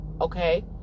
Okay